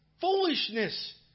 Foolishness